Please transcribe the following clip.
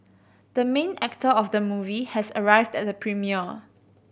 the main actor of the movie has arrived at the premiere